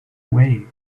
way